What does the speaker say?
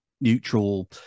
neutral